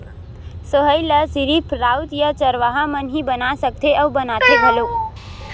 सोहई ल सिरिफ राउत या चरवाहा मन ही बना सकथे अउ बनाथे घलोक